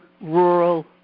rural